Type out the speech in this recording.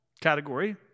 category